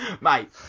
Mate